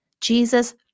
Jesus